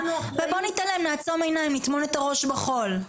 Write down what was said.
ובוא ניתן להם לעצום עיניים, נטמון את הראש בחול.